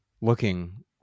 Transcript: looking